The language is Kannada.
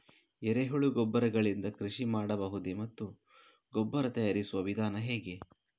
ಎರೆಹುಳು ಗೊಬ್ಬರ ಗಳಿಂದ ಕೃಷಿ ಮಾಡಬಹುದೇ ಮತ್ತು ಗೊಬ್ಬರ ತಯಾರಿಸುವ ವಿಧಾನ ಹೇಗೆ?